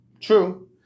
True